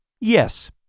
Yes